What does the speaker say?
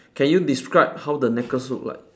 can you describe how the necklace look like